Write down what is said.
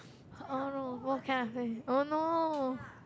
oh no what can I say oh no